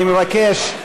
אני מבקש,